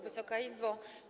Wysoka Izbo!